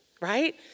Right